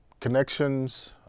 connections